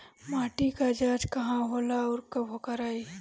माटी क जांच कहाँ होला अउर कब कराई?